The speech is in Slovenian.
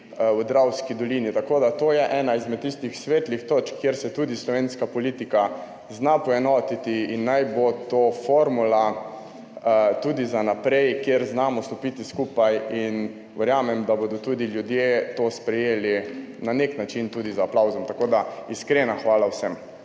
v Dravski dolini. Tako da to je ena izmed tistih svetlih točk, kjer se tudi slovenska politika zna poenotiti in naj bo to formula tudi za naprej, kjer znamo stopiti skupaj. Verjamem, da bodo tudi ljudje to sprejeli na nek način tudi z aplavzom. Tako, da iskrena hvala vsem.